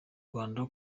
rwanda